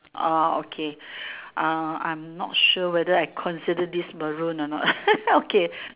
orh okay uh I'm not sure whether I consider this Maroon or not okay